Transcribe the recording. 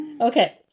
okay